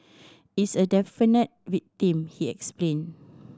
it's a definite victim he explain